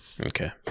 Okay